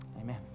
Amen